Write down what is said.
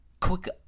quick